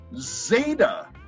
Zeta